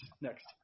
next